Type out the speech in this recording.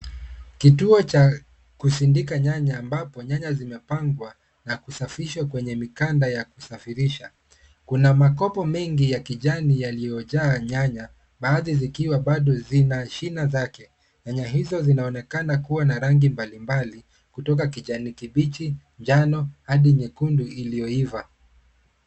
Kituo cha kusindika nyanya ambapo nyanya zimepangwa na kusafishwa kwenye mikanda ya kusafirisha. Kuna makopo mengi ya kijani yaliyojaa nyanya baadhi zikiwa bado zina shina zake. Nyanya hizo zinaonekana kuwa na rangi mbalimbali kutoka kijani kibichi, njano hadi nyekundu iliyoiva.